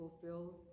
fulfilled